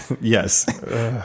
yes